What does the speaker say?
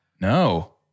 No